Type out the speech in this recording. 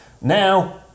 now